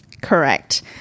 Correct